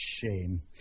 shame